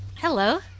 Hello